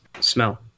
Smell